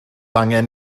angen